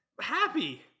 happy